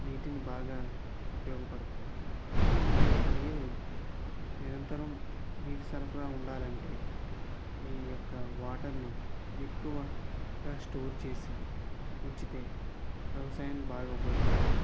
నీటిని బాగా ఉపయోగపడుతుంది ఈ యొక్క నీరు నిరంతరం నీరు సరఫరా ఉండాలంటే ఈ యొక్క ని ఎక్కువగా స్టోర్ చేసి ఉంచితే వ్యవసాయానికి బాగా ఉపయోగపడుతుంది